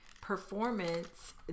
performance